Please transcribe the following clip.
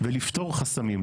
ולפתור חסמים,